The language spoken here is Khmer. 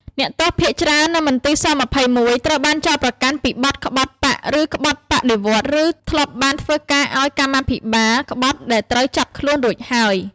អ្នកទោសភាគច្រើននៅមន្ទីរ ស-២១ ត្រូវបានចោទប្រកាន់ពីបទក្បត់បក្សឬក្បត់បដិវត្តន៍ ឬធ្លាប់បានធ្វើការឱ្យ កម្មាភិបាលក្បត់ដែលត្រូវចាប់ខ្លួនរួចហើយ ។